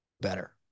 better